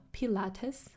Pilates